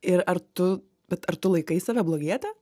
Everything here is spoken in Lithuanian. ir ar tu bet ar tu laikai save blogiete